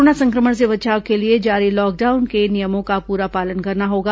corona संक्रमण से बचाव के लिए जारी लॉकडाउन के नियमों का पूरा पालन करना होगा